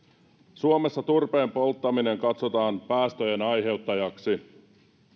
suomessa turpeen polttaminen katsotaan päästöjen aiheuttajaksi